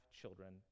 children